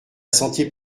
santé